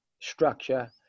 structure